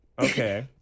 okay